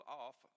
off